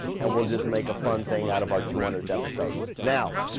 and we'll just make a fun thing out of our two hundredth episode. now,